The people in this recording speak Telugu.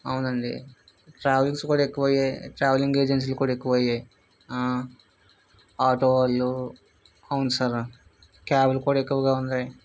అవునండి ట్రావెల్లింగ్స్ కూడా ఎక్కువ అయ్యాయి ట్రావెలింగ్ ఏజెన్సీలు కూడా ఎక్కువ అయ్యాయి ఆ ఆటోవాళ్ళు అవును సర్ క్యాబ్లు కూడా ఎక్కువగా ఉన్నాయి